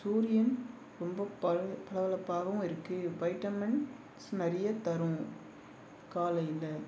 சூரியன் ரொம்ப பள பளபளப்பாகவும் இருக்குது வைட்டமின்ஸ் நிறைய தரும் காலையில்